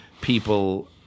people